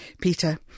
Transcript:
peter